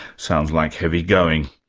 sounds like heavy going.